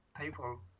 people